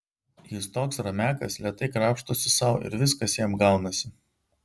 jis toks ramiakas lėtai krapštosi sau ir viskas jam gaunasi